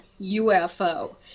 UFO